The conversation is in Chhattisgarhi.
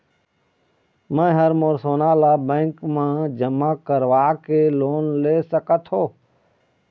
मैं हर मोर सोना ला बैंक म जमा करवाके लोन ले सकत हो?